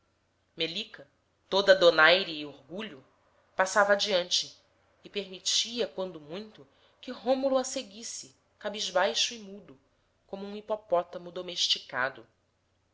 melica toda donaire e orgulho passava adiante e permitia quando muito que rômulo a seguisse cabisbaixo e mudo como um hipopótamo domesticado